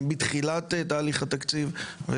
מתחילת תהליך התקציב.